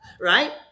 right